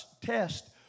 test